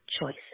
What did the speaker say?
choices